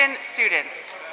students